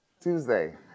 Tuesday